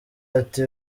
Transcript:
ati